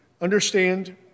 understand